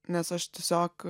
nes aš tiesiog